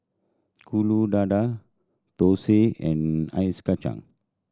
dadar thosai and ice kacang